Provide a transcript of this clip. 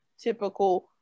typical